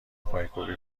پایکوبی